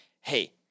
hey